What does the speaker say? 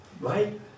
right